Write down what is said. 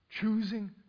Choosing